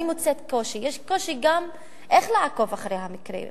אני מוצאת פה שיש קושי גם איך לעקוב אחרי המקרים האלה.